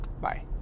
bye